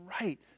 right